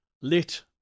lit